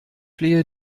flehe